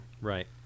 right